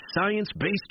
science-based